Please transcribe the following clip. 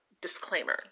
disclaimer